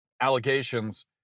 allegations